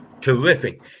terrific